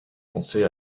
penser